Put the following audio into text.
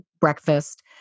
breakfast